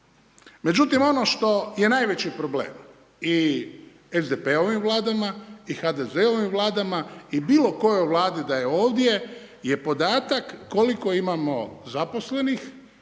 Međutim, ono što je najveći problem i SDP-ovim vladama i HDZ-ovim vladama i bilo kojoj vladi da je ovdje, je podatak koliko imamo zaposlenih